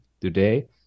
today